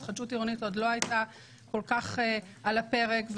התחדשות עירונית עוד לא הייתה כל כך על הפרק,